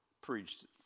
preached